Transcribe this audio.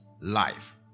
life